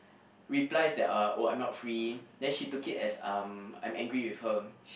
replies that are oh I'm not free then she took it as um I'm angry with her